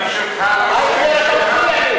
והרבנים שלך לא לוקחים שוחד?